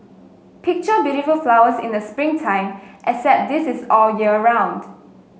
picture beautiful flowers in the spring time except this is all year round